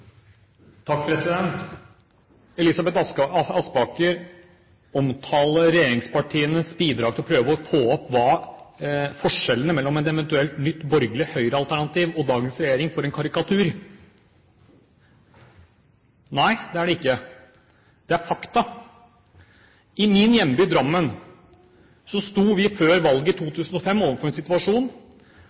Elisabeth Aspaker omtaler regjeringspartienes bidrag til å prøve å få fram forskjellene mellom et eventuelt nytt borgerlig høyrealternativ og dagens regjering for en karikatur. Nei, det er det ikke. Det er fakta. I min hjemby, Drammen, sto vi før valget i 2005 overfor en situasjon